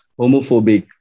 homophobic